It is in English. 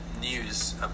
News